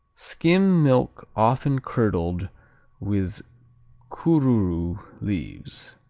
skim milk often curdled with korourou leaves.